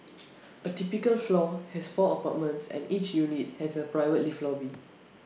A typical floor has four apartments and each unit has A private lift lobby